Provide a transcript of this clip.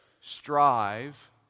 strive